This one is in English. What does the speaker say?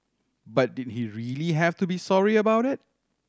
but did he really have to be sorry about it